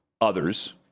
others